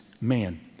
man